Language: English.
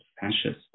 fascist